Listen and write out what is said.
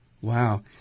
Wow